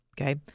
okay